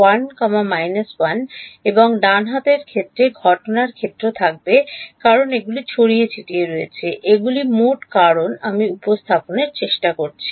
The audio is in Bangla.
1 1 এবং ডান হাতের ক্ষেত্রে ঘটনার ক্ষেত্র থাকবে কারণ এগুলি ছড়িয়ে ছিটিয়ে রয়েছে এগুলি মোট কারণ আমি উপস্থাপনের চেষ্টা করছি